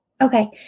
Okay